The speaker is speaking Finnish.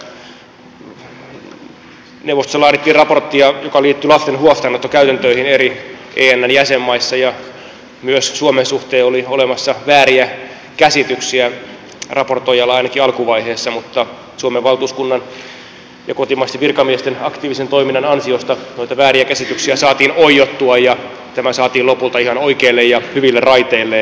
neuvostossa laadittiin raporttia joka liittyi lasten huostaanottokäytäntöihin eri enn jäsenmaissa ja myös suomen suhteen oli olemassa vääriä käsityksiä raportoijalla ainakin alkuvaiheessa mutta suomen valtuuskunnan ja kotimaisten virkamiesten aktiivisen toiminnan ansiosta noita vääriä käsityksiä saatiin oiottua ja tämä saatiin lopulta ihan oikeille ja hyville raiteille